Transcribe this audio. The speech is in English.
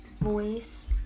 voice